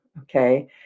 Okay